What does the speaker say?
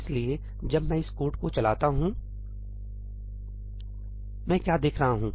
इसलिए जब मैं इस कोड को चलाता हूं मैं क्या देख रहा हूँ